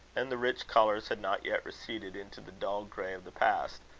and the rich colours had not yet receded into the dull grey of the past,